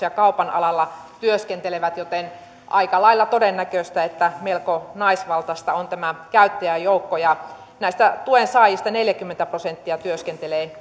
ja kaupan alalla työskentelevät joten on aika lailla todennäköistä että melko naisvaltainen on tämä käyttäjäjoukko tuen saajista neljäkymmentä prosenttia työskentelee